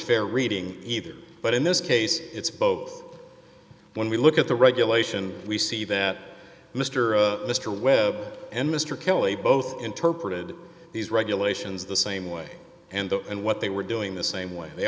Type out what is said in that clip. fair reading either but in this case it's both when we look at the regulation we see that mr a mr webb and mr kelly both interpreted these regulations the same way and the and what they were doing the same way